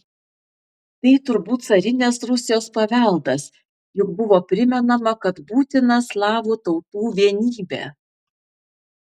tai turbūt carinės rusijos paveldas juk buvo primenama kad būtina slavų tautų vienybė